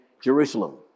Jerusalem